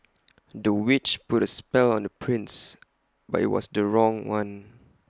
the witch put A spell on the prince but IT was the wrong one